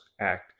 act